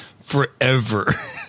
forever